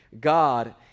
God